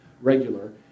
regular